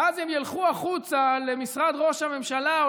ואז הם ילכו החוצה למשרד ראש הממשלה או